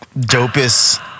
dopest